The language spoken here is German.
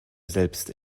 selbst